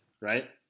right